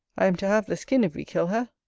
i am to have the skin if we kill her.